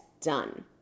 done